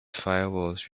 firewalls